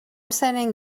sending